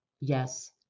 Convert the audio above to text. yes